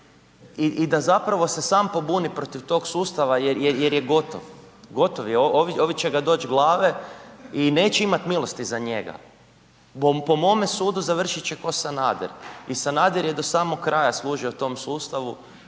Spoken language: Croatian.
i da zapravo se sam pobuni protiv tog sustava jer je gotov, gotov je, ovi će ga doć glave i neće imat milosti za njega. Po mome sudu završit će ko Sanader i Sanader je do samog kraja služio tom sustavu